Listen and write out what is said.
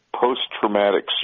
Post-traumatic